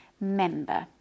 member